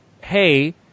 hey